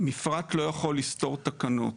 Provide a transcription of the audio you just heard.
מפרט לא יכול לסתור תקנות,